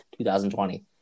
2020